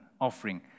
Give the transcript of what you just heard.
offering